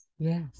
Yes